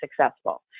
successful